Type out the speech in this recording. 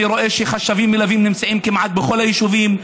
אני רואה שחשבים מלווים נמצאים כמעט בכל היישובים.